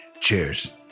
Cheers